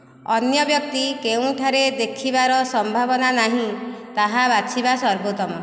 ଅନ୍ୟ ବ୍ୟକ୍ତି କେଉଁଠାରେ ଦେଖିବାର ସମ୍ଭାବନା ନାହିଁ ତାହା ବାଛିବା ସର୍ବୋତ୍ତମ